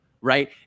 right